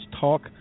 Talk